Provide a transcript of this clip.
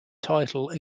title